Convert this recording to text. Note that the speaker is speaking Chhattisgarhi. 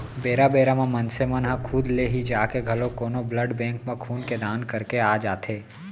बेरा बेरा म मनसे मन ह खुद ले ही जाके घलोक कोनो ब्लड बेंक म खून के दान करके आ जाथे